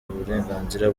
uburenganzira